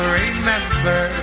remember